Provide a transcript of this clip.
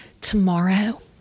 tomorrow